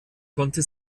konnte